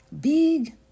big